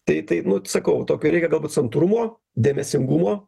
tai tai nu sakau tokio reikia galbūt santūrumo dėmesingumo